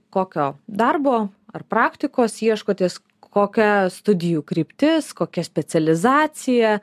kokio darbo ar praktikos ieškotės kokia studijų kryptis kokia specializacija